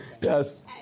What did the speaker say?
Yes